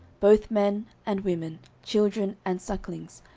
both men and women, children and sucklings,